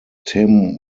tim